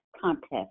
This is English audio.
contest